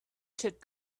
took